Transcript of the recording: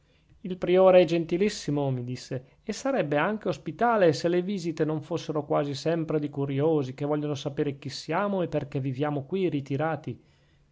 il priore è gentilissimo mi disse e sarebbe anche ospitale se le visite non fossero quasi sempre di curiosi che vogliono sapere chi siamo e perchè viviamo qui ritirati